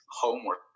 homework